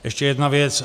Ještě jedna věc.